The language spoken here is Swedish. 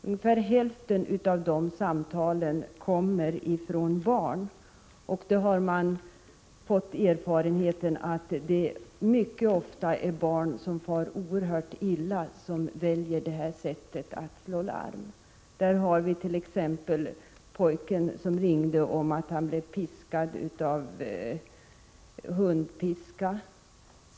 Ungefär hälften av samtalen kommer från barn, och man har gjort den erfarenheten att det mycket ofta är barn som far oerhört illa som väljer det här sättet att slå larm. Där vart.ex. pojken som ringde om att han blev piskad med hundpiska.